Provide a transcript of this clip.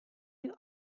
you